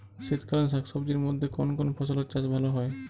শীতকালীন শাকসবজির মধ্যে কোন কোন ফসলের চাষ ভালো হয়?